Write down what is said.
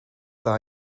dda